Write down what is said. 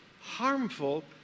harmful